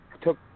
took